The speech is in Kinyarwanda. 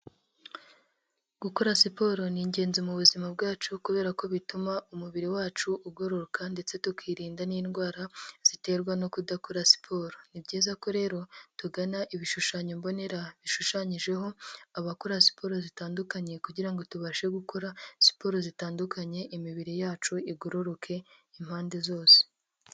Gukora siporo ni ingenzi mu buzima bwacu, kubera ko bituma umubiri wacu ugororoka, ndetse tukirinda n'indwara ziterwa no kudakora siporo, ni byiza ko rero tugana ibishushanyo mbonera, bishushanyijeho abakora siporo zitandukanye, kugira ngo tubashe gukora siporo zitandukanye, imibiri yacu igororoke impande zose.